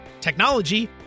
technology